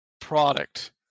product